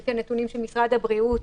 על פי הנתונים של משרד הבריאות,